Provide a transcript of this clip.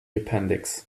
appendix